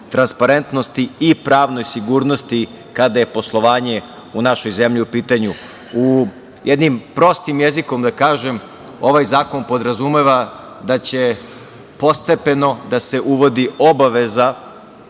transparentnosti i pravnoj sigurnosti kada je poslovanje u našoj zemlji u pitanju. Jednim prostim jezikom da kažem, ovaj zakon podrazumeva da će postepeno da se uvodi obaveza